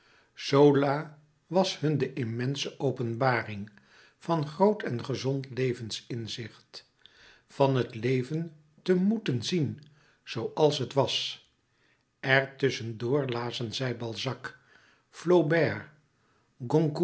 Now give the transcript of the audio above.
zola was hun de immense openbaring van groot en gezond levensinzicht van het leven te meten zien zooals het was er tusschen door lazen zij balzac flaubert